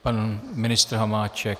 Pan ministr Hamáček.